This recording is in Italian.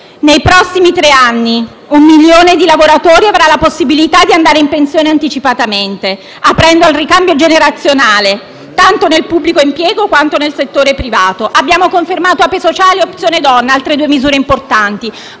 Nei prossimi tre anni un milione di lavoratori avrà la possibilità di andare in pensione anticipatamente, aprendo al ricambio generazionale, tanto nel pubblico impiego quanto nel settore privato. Abbiamo confermato APE sociale e opzione donna, altre due misure importanti.